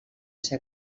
ser